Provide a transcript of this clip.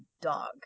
dog